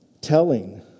telling